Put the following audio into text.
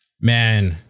Man